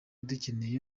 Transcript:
dukeneye